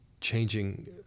changing